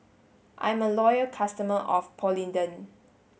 I'm a loyal customer of Polident